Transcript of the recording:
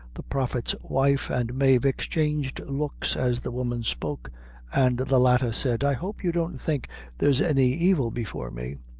the prophet's wife and mave exchanged looks as the woman spoke and the latter said i hope you don't think there's any evil before me.